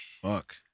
Fuck